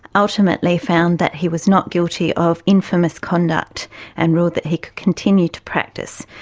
ultimately found that he was not guilty of infamous conduct and ruled that he could continue to practice.